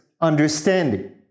understanding